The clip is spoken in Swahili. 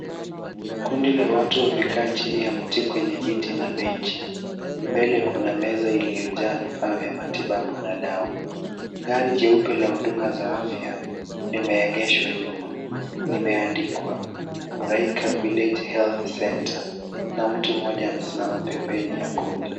Kundi la watu wamekaa chini ya mti kwenye viti na benchi. Mbele kuna meza iliyojaa vifaa vya matibabu na dawa. Gari jeupela huduma za afya limeegeshwa nyuma na limeandikwa Muraika village health centre na mtu mmoja amesimama pembeni ya kundi.